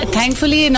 Thankfully